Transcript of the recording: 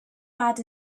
bad